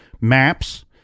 maps